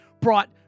brought